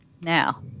Now